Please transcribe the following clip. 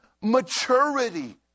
maturity